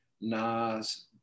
Nas